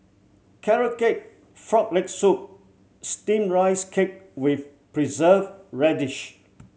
Carrot Cake Frog Leg Soup Steamed Rice Cake with Preserved Radish